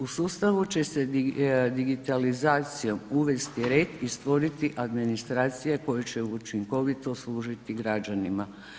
U sustavu će se digitalizacijom uvesti red i stvoriti administracija koja će učinkovito služiti građanima.